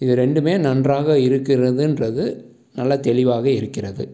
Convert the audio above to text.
இது ரெண்டுமே நன்றாக இருக்கிறதுன்றது நல்லா தெளிவாக இருக்கிறது